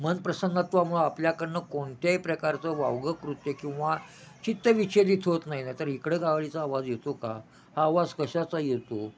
मन प्रसन्नत्वामुळं आपल्याकडून कोणत्याही प्रकारचं वावगं कृत्य किंवा चित्त विचलित होत नाही नाही तर इकडं गाडीचा आवाज येतो का हा आवाज कशाचा येतो